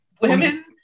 women